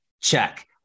Check